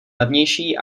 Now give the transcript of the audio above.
levnější